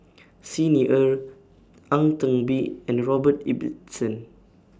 Xi Ni Er Ang Teck Bee and Robert Ibbetson